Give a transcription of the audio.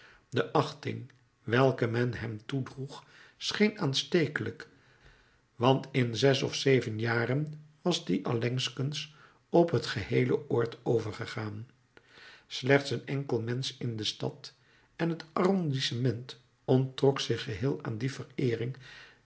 de achting welke men hem toedroeg scheen aanstekelijk want in zes of zeven jaren was die allengskens op het geheele oord overgegaan slechts een enkel mensch in de stad en het arrondissement onttrok zich geheel aan die vereering